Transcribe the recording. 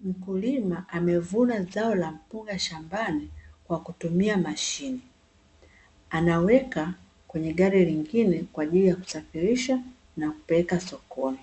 Mkulima amevuna zao la mpunga shambani kwa kutumia mashine. Anaweka kwenye gari lingine kwa ajili ya kusafirisha na kupeleka sokoni.